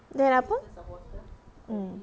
then apa hmm